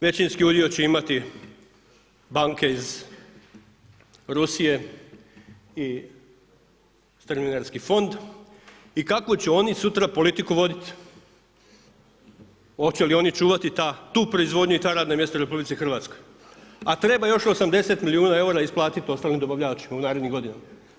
Većinski udio će imati banke iz Rusije i strvinarski fond i kakvu će oni sutra politiku voditi, hoće li oni čuvati tu proizvodnju i ta radna mjesta u RH a treba još 80 milijuna eura isplatiti ostalim dobavljačima u narednim godinama.